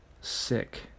sick